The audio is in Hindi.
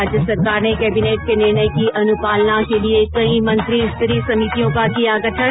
राज्य सरकार ने केबीनेट के निर्णय की अनुपालना के लिये कई मंत्री स्तरीय समितियों का किया गठन